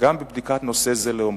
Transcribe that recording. גם בבדיקת נושא זה לעומקו.